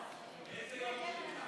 היקרים,